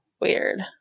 Weird